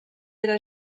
era